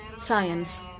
science